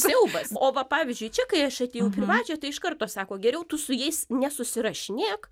siaubas o va pavyzdžiui čia kai aš atėjau į privačią tai iš karto sako geriau tu su jais nesusirašinėk